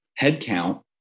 headcount